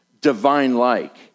divine-like